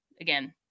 again